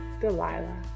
Delilah